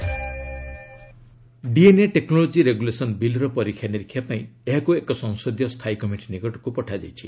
DN technology bill DNA technology regulation ବିଲ୍ର ପରୀକ୍ଷା ନିରୀକ୍ଷା ପାଇଁ ଏହାକୁ ଏକ ସଂସଦୀୟ ସ୍ଥାୟୀ କମିଟି ନିକଟକୁ ପଠାଯାଇଛି